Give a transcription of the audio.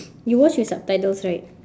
you watch with subtitles right